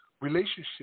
relationship